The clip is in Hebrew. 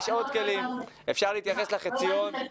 יש עוד כלים, אפשר להתייחס לחציון.